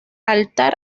altar